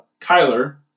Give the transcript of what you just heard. Kyler